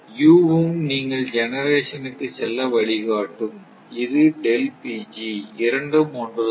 U வும் நீங்கள் ஜெனேரேசனுக்கு செல்ல வழி காட்டும் இது இரண்டும் ஒன்றுதான்